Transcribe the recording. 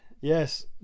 Yes